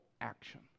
action